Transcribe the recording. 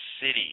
city